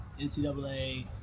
NCAA